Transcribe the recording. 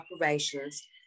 operations